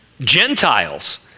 Gentiles